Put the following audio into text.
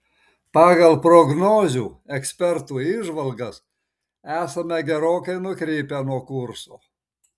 pagal prognozių ekspertų įžvalgas esame gerokai nukrypę nuo kurso